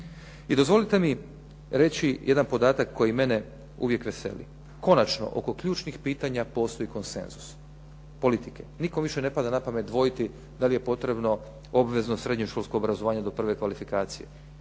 I dozvolite mi reći jedan podatak koji mene uvijek veseli. Konačno oko ključnih pitanja postoji konsenzus politike. Nikome više ne pada napamet dvojiti da je potrebno obvezno srednje školsko obrazovanje do prve kvalifikacije.